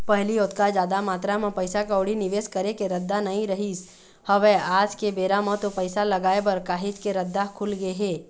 पहिली ओतका जादा मातरा म पइसा कउड़ी निवेस करे के रद्दा नइ रहिस हवय आज के बेरा म तो पइसा लगाय बर काहेच के रद्दा खुलगे हे